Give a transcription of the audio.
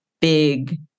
big